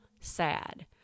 sad